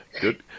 good